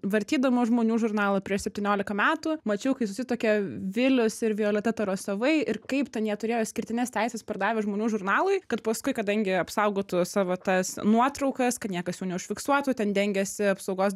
vartydama žmonių žurnalą prieš septyniolika metų mačiau kai susituokė vilius ir violeta tarasovai ir kaip ten jie turėjo išskirtines teises pardavę žmonių žurnalui kad paskui kadangi apsaugotų savo tas nuotraukas kad niekas jų neužfiksuotų ten dengiasi apsaugos